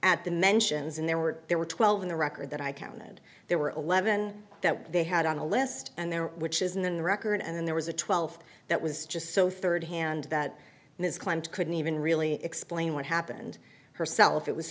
mentions and there were there were twelve in the record that i counted there were eleven that they had on a list and there which is in the record and then there was a twelve that was just so third hand that his client couldn't even really explain what happened herself it was